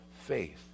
faith